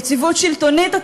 יציבות שלטונית,